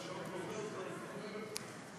חוק קרן